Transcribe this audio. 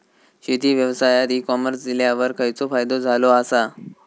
शेती व्यवसायात e commerce इल्यावर खयचो फायदो झालो आसा?